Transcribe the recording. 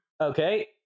Okay